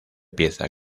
pieza